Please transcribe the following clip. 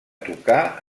tocar